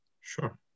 Sure